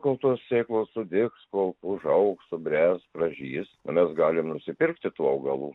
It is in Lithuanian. kol tos sėklos sudygs kol užaugs subręs pražys mes galim nusipirkti tų augalų